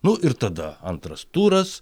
nu ir tada antras turas